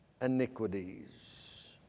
iniquities